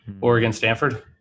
Oregon-Stanford